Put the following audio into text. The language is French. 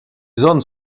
zones